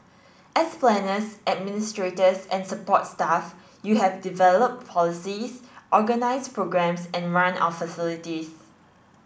as planners administrators and support staff you have developed policies organised programmes and run our facilities